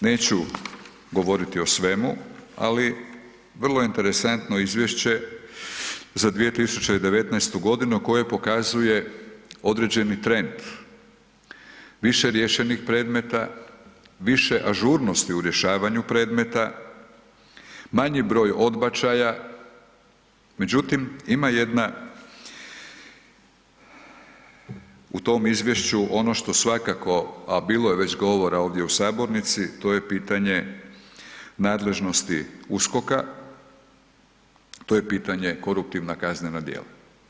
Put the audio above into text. Neću govoriti o svemu ali vrlo interesantno izvješće za 2019. g. koje pokazuje određeni trend više riješenih predmeta, više ažurnosti u rješavanju predmeta, manji broj odbačaja međutim ima jedna u tom izvješću ono što svakako a bilo je već govora ovdje u sabornici, to je pitanje nadležnosti USKOK-a, to je pitanje koruptivna kaznena djela.